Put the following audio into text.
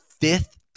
fifth